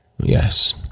Yes